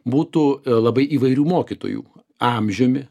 būtų labai įvairių mokytojų amžiumi